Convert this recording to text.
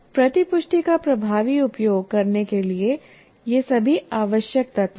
प्रतिपुष्टि का प्रभावी उपयोग करने के लिए ये सभी आवश्यक तत्व हैं